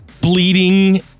Bleeding